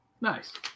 Nice